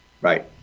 right